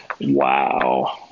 wow